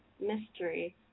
Mystery